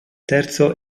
terzo